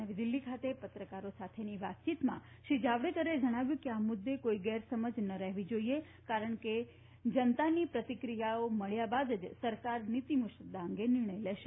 નવી દિલ્હી ખાતે પત્રકારો સાથેની વાતચીતમાં શ્રી જાવડેકરે જણાવ્યું કેઆ મુદ્દે કોઇ ગેરસમજ ન રહેવી જોઇએ કારણ કે જનતાની પ્રતિક્રિયાઓ મળ્યા બાદ જ સરકાર નીતિ મુસદ્દા અંગે નિર્ણય લેશે